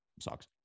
sucks